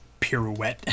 pirouette